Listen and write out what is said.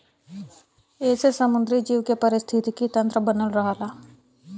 एसे समुंदरी जीव के पारिस्थितिकी तन्त्र बनल रहला